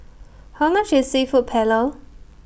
How much IS Seafood Paella